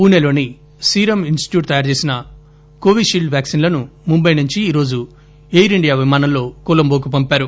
పుణెలోని serum institute తయారు చేసిన Covishield వ్యాక్పిన్ణను ముంబై నుంచి ఈరోజు ఎయిర్ ఇండియా విమానంలో కొలంబోకు పంపారు